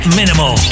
minimal